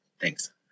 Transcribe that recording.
thanks